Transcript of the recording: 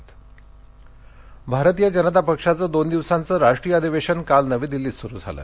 भाजपा अधिवेशन भारतीय जनता पक्षाचं दोन दिवसांचं राष्ट्रीय अधिवेशन काल नवी दिल्लीत सुरू झालं